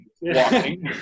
walking